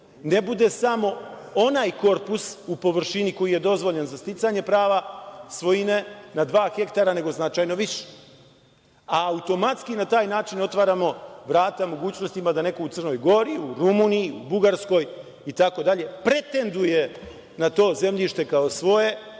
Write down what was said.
ne bude samo onaj korpus u površini koji je dozvoljen za sticanje prava svojine na dva hektara, nego značajno više. Automatski na taj način otvaramo vrata mogućnostima da neko u Crnoj Gori, u Rumuniji, u Bugarskoj itd, pretenduje na to zemljište kao svoje